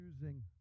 using